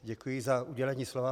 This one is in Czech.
Děkuji za udělení slova.